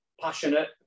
Passionate